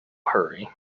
hurry